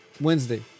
Wednesday